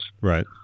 Right